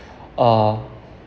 uh